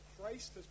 Christ